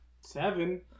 Seven